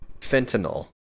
fentanyl